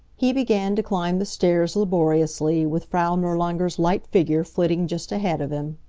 he began to climb the stairs laboriously, with frau nirlanger's light figure flitting just ahead of him.